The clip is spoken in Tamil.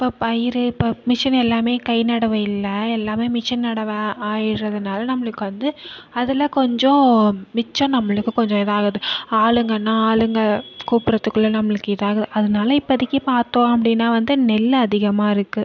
இப்போ பயிறு இப்போ மிஷின் எல்லாமே கை நடவு இல்லை எல்லாமே மிஷின் நடவாக ஆயிடுறதுனால நம்மளுக்கு வந்து அதில் கொஞ்சம் மிச்சம் நம்மளுக்கு கொஞ்சம் இதாகுது ஆளுங்கன்னா ஆளுங்க கூப்பிறதுக்குள்ள நம்மளுக்கு இதாகுது அதனால இப்பதைக்கி பார்த்தோம் அப்படின்னா வந்து நெல் அதிகமாக இருக்குது